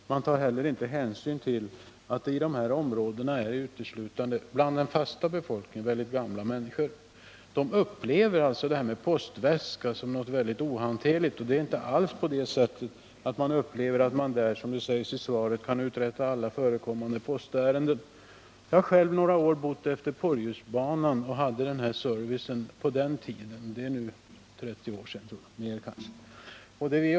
Någon hänsyn tas inte heller till att den fasta befolkningen i området uteslutande består av gamla människor, som upplever postväskbetjäningen som något väldigt ohanterligt. Det är inte alls på det sättet att de - som det sägs i svaret — tycker att de därigenom kan ”uträtta alla förekommande postärenden”. Jag har själv under några år — det är nu minst 30 år sedan — bott utefter Porjusbanan och då haft sådan service.